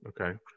okay